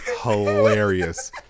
hilarious